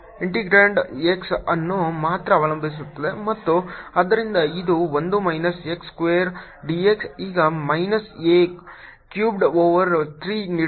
dlVy∂x Vx∂ydxdy integrand x ಅನ್ನು ಮಾತ್ರ ಅವಲಂಬಿಸಿರುತ್ತದೆ ಮತ್ತು ಆದ್ದರಿಂದ ಇದು 1 ಮೈನಸ್ x ಸ್ಕ್ವೇರ್ dx ಈಗ ಮೈನಸ್ a ಕ್ಯುಬೆಡ್ ಓವರ್ 3 ನೀಡುತ್ತದೆ